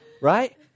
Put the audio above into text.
right